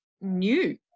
new